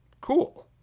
cool